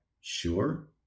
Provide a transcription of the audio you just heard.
sure